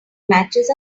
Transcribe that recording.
matches